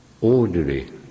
Ordinary